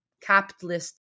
capitalist